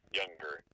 younger